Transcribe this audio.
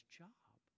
job